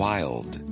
Wild